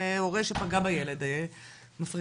הורה שפגע בילד מפרידים אותו.